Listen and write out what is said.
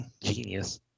genius